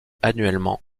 annuellement